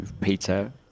Peter